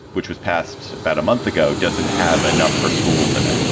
which was passed about a month ago, doesn't have enough for schools in it.